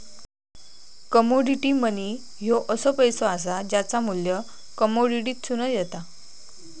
commodity money ह्यो असो पैसो असा ज्याचा मू्ल्य कमोडिटीतसून येता